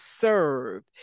serve